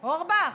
אורבך,